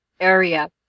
area